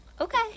Okay